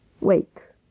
Wait